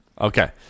Okay